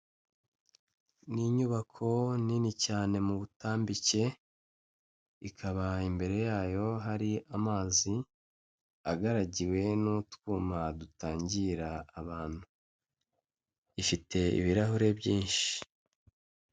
Ni inyubako nini cyane mu butambike, ikaba imbere yayo hari amazi agaragiwe n'utwuma dutangira abantu. Ifite ibirahure byinshi.